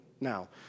Now